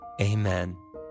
Amen